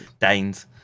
danes